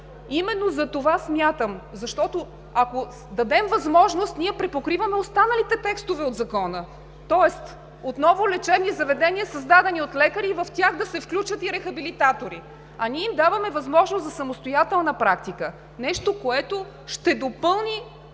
Именно затова смятам, защото ако дадем възможност, ние припокриваме останалите текстове от Закона, тоест отново лечебни заведения, създадени от лекари, и в тях да се включат рехабилитатори. А ние им даваме възможност за самостоятелна практика – нещо, което ще допълни